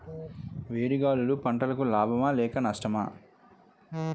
వేడి గాలులు పంటలకు లాభమా లేక నష్టమా?